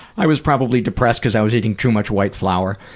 i was probably depressed because i was eating too much white flour,